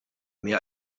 mehr